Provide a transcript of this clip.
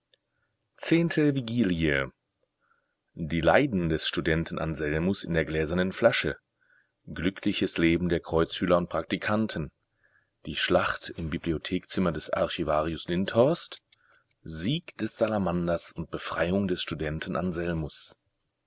zehnte vigilie die leiden des studenten anselmus in der gläsernen flasche glückliches leben der kreuzschüler und praktikanten die schlacht im bibliothek zimmer des archivarius lindhorst sieg des salamanders und befreiung des studenten anselmus